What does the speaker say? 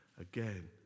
again